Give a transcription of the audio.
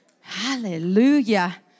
Hallelujah